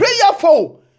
prayerful